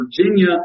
Virginia